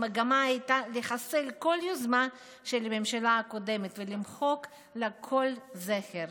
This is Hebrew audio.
המגמה הייתה לחסל כל יוזמה של הממשלה הקודמת ולמחוק לה כל זכר,